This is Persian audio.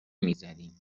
میزدیم